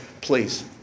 Please